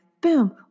boom